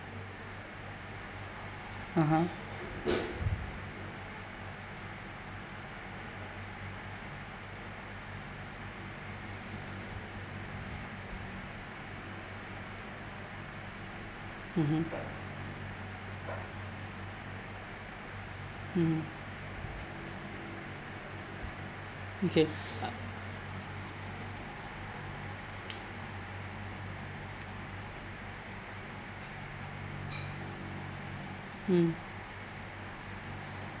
(uh huh) mmhmm mmhmm okay mm